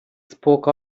spoke